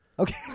Okay